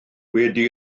wedi